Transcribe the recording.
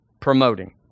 promoting